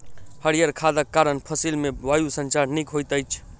हरीयर खादक कारण फसिल मे वायु संचार नीक होइत अछि